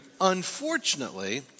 Unfortunately